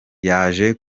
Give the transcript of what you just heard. yaje